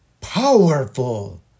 powerful